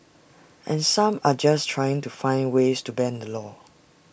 and some are just trying to find ways to bend the law